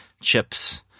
Chips